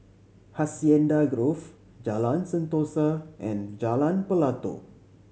Hacienda Grove Jalan Sentosa and Jalan Pelatok